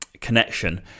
connection